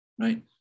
right